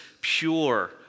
pure